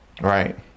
Right